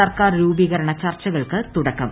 സർക്കാർ രൂപീകരണ ചർച്ചകൾക്ക് തുടക്കം